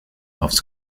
aufs